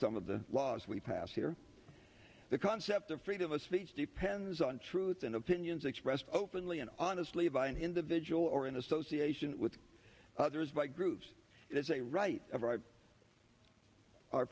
some of the laws we pass here the concept of freedom of speech depends on truth and opinions expressed openly and honestly by an individual or in association with others like groups is a right of our